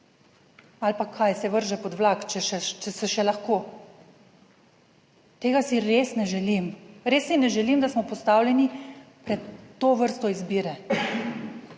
ali pa kaj, se vrže pod vlak, če se še lahko. Tega si res ne želim, res si ne želim, da smo postavljeni pred to vrsto izbire.